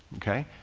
okay?